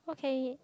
okay